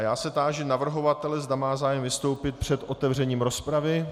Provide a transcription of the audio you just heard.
Táži se navrhovatele, zda má zájem vystoupit před otevřením rozpravy.